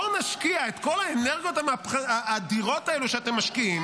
בואו נשקיע את כל האנרגיות האדירות האלו שאתם משקיעים